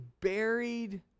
buried